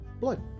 blood